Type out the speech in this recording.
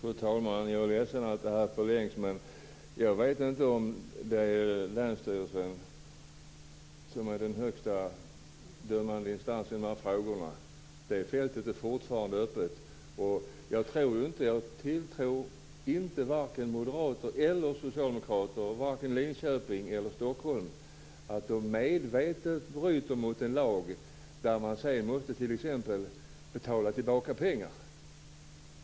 Fru talman! Jag är ledsen över att debatten förlängs. Jag vet inte om det är länsstyrelsen som är den högsta dömande instansen när det gäller de här frågorna. Fältet är fortfarande öppet. Jag tror varken att moderater eller socialdemokrater i Linköping eller Stockholm medvetet bryter mot en lag som innebär att de sedan måste betala tillbaka pengar.